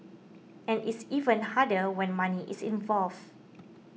and it's even harder when money is involved